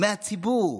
מהציבור.